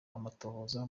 amatohoza